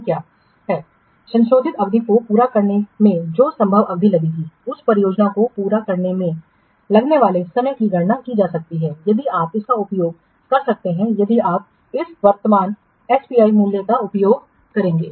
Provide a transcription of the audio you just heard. तो क्या है संशोधित अवधि को पूरा करने में जो संभव अवधि लगेगी उस परियोजना को पूरा करने में लगने वाले समय की गणना की जा सकती है यदि आप इसका उपयोग कर सकते हैं यदि आप इस वर्तमान एसपीआई मूल्य का उपयोग करेंगे